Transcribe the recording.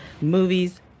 movies